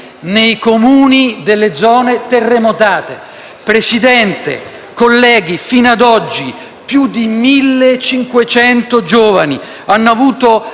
Presidente, colleghi, fino ad oggi più di 1.500 giovani hanno avuto